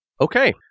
Okay